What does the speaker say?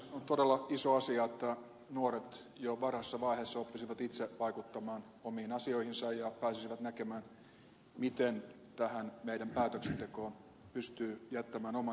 on todella iso asia että nuoret jo varhaisessa vaiheessa oppisivat itse vaikuttamaan omiin asioihinsa ja pääsisivät näkemään miten tähän meidän päätöksentekoon pystyy jättämään oman käden jälkensä